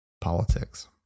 politics